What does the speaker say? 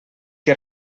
que